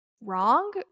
wrong